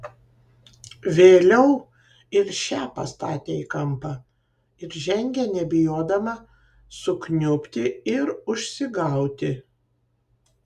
vėliau ir šią pastatė į kampą ir žengė nebijodama sukniubti ir užsigauti